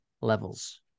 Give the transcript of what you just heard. levels